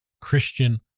Christian